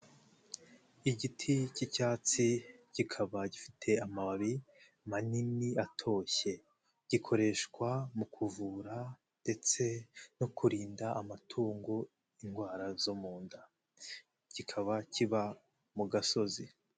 Igiti cy'icyatsi, kikaba gifite amababi manini, atoshye, gikoreshwa mu kuvura ndetse no kurinda amatungo indwara zo mu nda, kikaba kiba mu gasozi.